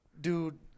Dude